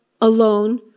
alone